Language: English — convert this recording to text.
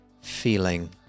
feeling